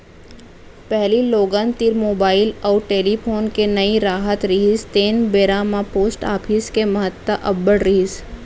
पहिली लोगन तीर मुबाइल अउ टेलीफोन के नइ राहत रिहिस तेन बेरा म पोस्ट ऑफिस के महत्ता अब्बड़ रिहिस